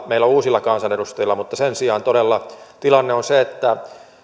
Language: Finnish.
meillä uusilla kansanedustajilla mutta sen sijaan tilanne on todella se että